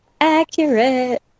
accurate